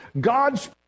God's